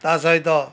ତା ସହିତ